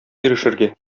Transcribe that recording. ирешергә